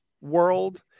world